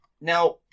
Now